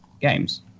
games